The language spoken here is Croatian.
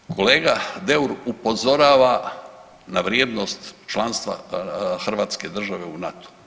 Kolega Deur upozorava na vrijednost članstva Hrvatske države u NATO-u.